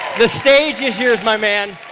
the stage is yours, my man.